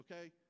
okay